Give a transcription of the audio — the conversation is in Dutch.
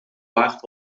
waard